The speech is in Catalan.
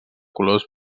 colors